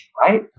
right